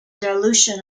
dilution